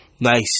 nice